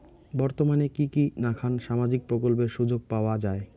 বর্তমানে কি কি নাখান সামাজিক প্রকল্পের সুযোগ পাওয়া যায়?